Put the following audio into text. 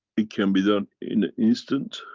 it can be done in an instant